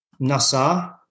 NASA